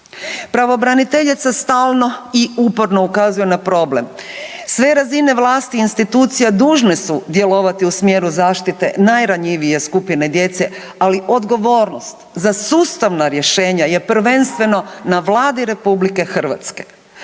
Pravobraniteljica stalno i uporno ukazuje na problem sve razine vlasti i institucija dužne su djelovati u smjeru zaštite najranjivije skupine djece, ali odgovornost za sustavna rješenja je prvenstveno na Vladi RH.